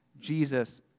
Jesus